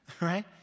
right